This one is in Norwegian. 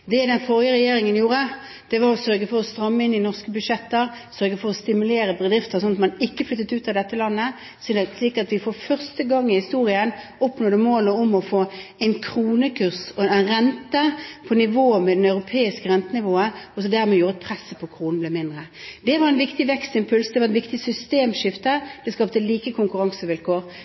Det den forrige regjeringen gjorde, var å sørge for å stramme inn norske budsjetter og stimulere bedrifter sånn at de ikke flyttet ut av dette landet, slik at vi for første gang i historien nådde målet om en kronekurs og en rente på nivå med det øvrige europeiske rentenivået, og dermed gjorde presset på kronen mindre. Det var en viktig vekstimpuls, det var et viktig systemskifte. Det skapte like konkurransevilkår.